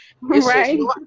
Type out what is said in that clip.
Right